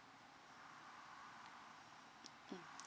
mm